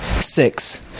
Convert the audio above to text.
Six